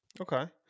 Okay